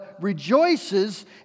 rejoices